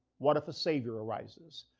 what if a savior arises,